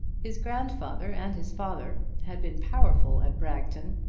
his grandfather and his father had been powerful at bragton,